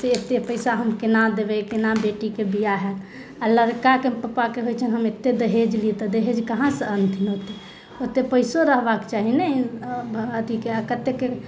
एते एते पैसा हम केना देबै केना बेटीके बिआह होयत आ लड़काके पप्पाके होइत छनि हम एते दहेज ली तऽ दहेज कहाँसँ अनथिन ओते ओते पैसो रहबाके चाही ने अथीके आ कतेकके